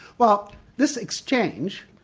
well this exchange,